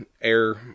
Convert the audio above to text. air